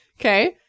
Okay